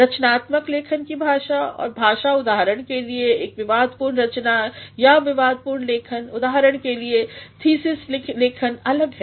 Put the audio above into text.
रचनात्मक लेखन की भाषा और भाषा उदाहरण के लिए एक विवादपूर्ण रचना या विवादपूर्ण लेखन उदाहरण के लिए थीसिस लेखन अलग है